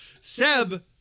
Seb